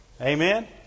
Amen